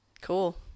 cool